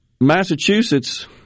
Massachusetts